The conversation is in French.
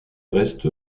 reste